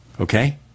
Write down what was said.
okay